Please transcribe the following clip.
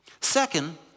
Second